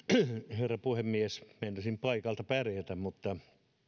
herra puhemies meinasin paikalta pärjätä mutta